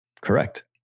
Correct